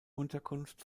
unterkunft